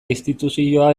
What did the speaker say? instituzioa